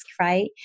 right